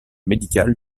médical